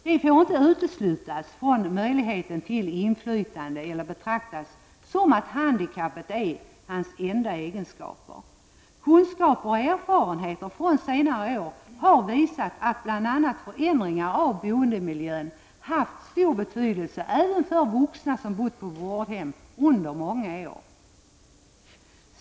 De får inte uteslutas från möjligheten till inflytande eller bli betraktade som att handikappet är deras enda egenskap. Kunskaper och erfarenheter från senare år har visat att bl.a. förändringar av boendemiljön haft stor betydelse även för vuxna som bott på vårdhem under många år.